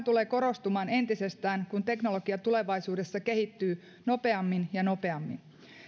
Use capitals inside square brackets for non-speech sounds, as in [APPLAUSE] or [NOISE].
[UNINTELLIGIBLE] tulee korostumaan entisestään kun teknologia tulevaisuudessa kehittyy nopeammin ja nopeammin